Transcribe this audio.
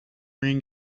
ring